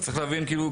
אז צריך להבין כאילו,